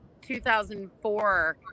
2004